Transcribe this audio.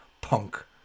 punk